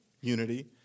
unity